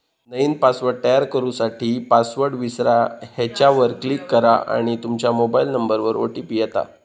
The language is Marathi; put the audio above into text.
नईन पासवर्ड तयार करू साठी, पासवर्ड विसरा ह्येच्यावर क्लीक करा आणि तूमच्या मोबाइल नंबरवर ओ.टी.पी येता